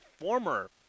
former